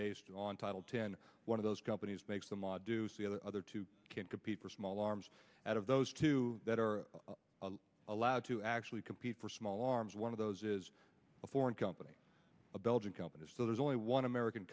based on title ten one of those companies makes them adduced the other two can compete for small arms out of those two that are allowed to actually compete for small arms one of those is a foreign company a belgian company so there's only one american